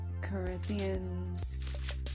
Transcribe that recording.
Corinthians